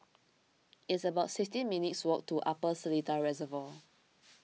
it's about sixteen minutes' walk to Upper Seletar Reservoir